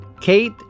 Kate